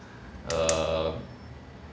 um